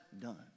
done